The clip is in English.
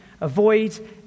Avoid